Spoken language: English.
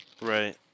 right